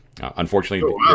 Unfortunately